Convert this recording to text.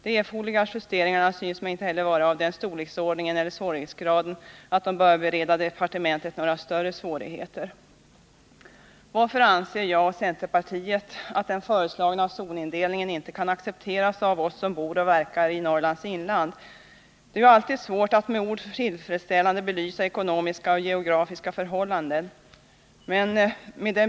De erforderliga justeringarna synes mig inte heller vara av den storleksordningen eller svårighetsgraden, att de bör bereda departementet några större svårigheter. Varför anser jag — och centerpartiet — att den föreslagna zonindelningen inte kan accepteras av oss som bor och verkar i Norrlands inland? Det är ju alltid svårt att med ord tillfredsställande belysa ekonomiska och geografiska förhållanden.